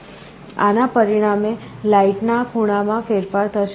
આના પરિણામે લાઈટના ખૂણામાં ફેરફાર થશે